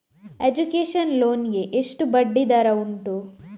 Education loan ಗೆ ಎಷ್ಟು ಬಡ್ಡಿ ದರ ಉಂಟು?